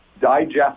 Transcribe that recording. digest